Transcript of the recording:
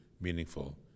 meaningful